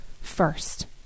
first